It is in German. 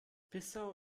bissau